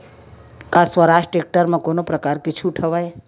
का स्वराज टेक्टर म कोनो प्रकार के छूट हवय?